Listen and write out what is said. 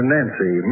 Nancy